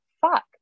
fuck